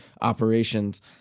operations